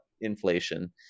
inflation